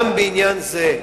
גם בעניין זה,